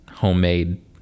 homemade